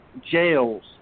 jails